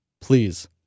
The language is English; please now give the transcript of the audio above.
please